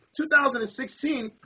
2016